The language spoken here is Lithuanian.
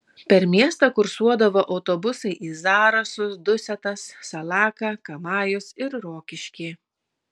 per miestą kursuodavo autobusai į zarasus dusetas salaką kamajus ir rokiškį